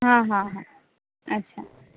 हां हां हां अच्छा